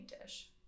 dish